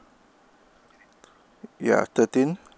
ya thirteen